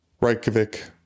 Reykjavik